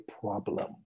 problem